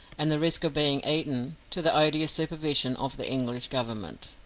and the risk of being eaten, to the odious supervision of the english government.